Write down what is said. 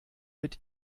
mit